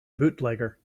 bootlegger